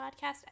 podcast